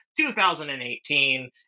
2018